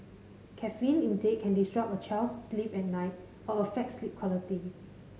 caffeine intake can disrupt a child's sleep at night or affect sleep quality